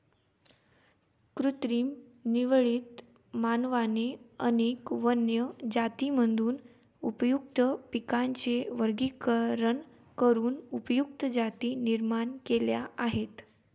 कृत्रिम निवडीत, मानवाने अनेक वन्य जातींमधून उपयुक्त पिकांचे वर्गीकरण करून उपयुक्त जाती निर्माण केल्या आहेत